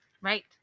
right